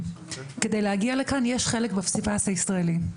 כדי להגיע לכאן יש חלק בפסיפס הישראלי.